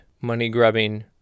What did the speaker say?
money-grubbing